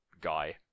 guy